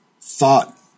thought